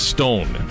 Stone